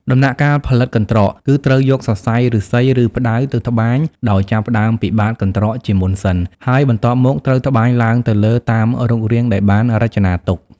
ដំណាក់កាលផលិតកន្ត្រក គឺត្រូវយកសរសៃឫស្សី ឬផ្តៅទៅត្បាញដោយចាប់ផ្តើមពីបាតកន្ត្រកជាមុនសិន ហើយបន្ទាប់មក ត្រូវត្បាញឡើងទៅលើតាមរូបរាងដែលបានរចនាទុក។